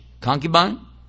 Concubine